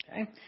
Okay